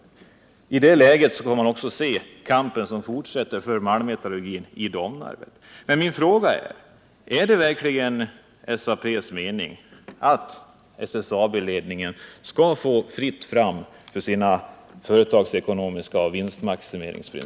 Det är med den utgångspunkten man skall se kampen, som fortsätter för malmmetallurgi i Domnarvet. Min fråga är: Är det verkligen SAP:s mening att SSAB-ledningen skall få fritt fram för sina företagsekonomiska principer och vinstmaximeringsprin